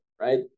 right